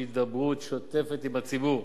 הידברות שוטפת עם הציבור,